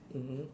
mmhmm